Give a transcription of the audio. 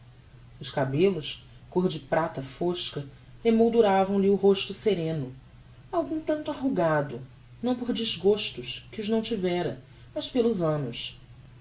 os cabellos côr de prata fosca emmolduravam lhe o rosto sereno algum tanto arrugado não por desgostos que os não tivera mas pelos annos